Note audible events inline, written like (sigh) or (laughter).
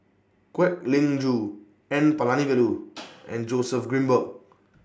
Kwek Leng Joo N Palanivelu (noise) and Joseph Grimberg